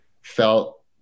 felt